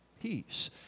Peace